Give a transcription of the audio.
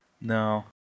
No